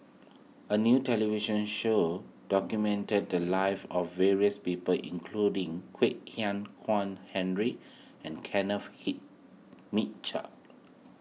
a new television show documented the lives of various people including Kwek Hian Chuan Henry and Kenneth Mitchell